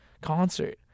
concert